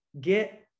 Get